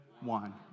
one